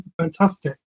fantastic